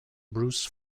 bruce